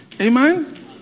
Amen